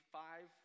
five